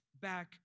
back